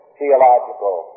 theological